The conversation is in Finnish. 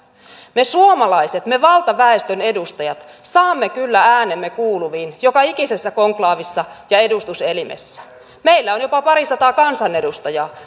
me suomalaiset me valtaväestön edustajat saamme kyllä äänemme kuuluviin joka ikisessä konklaavissa ja edustuselimessä meillä on jopa parisataa kansanedustajaa